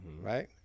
right